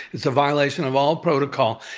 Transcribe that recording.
it's a violation of all protocol.